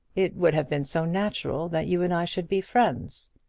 it would have been so natural that you and i should be friends.